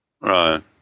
Right